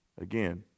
Again